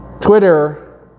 Twitter